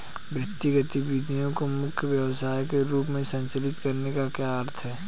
वित्तीय गतिविधि को मुख्य व्यवसाय के रूप में संचालित करने का क्या अर्थ है?